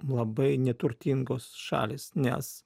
labai neturtingos šalys nes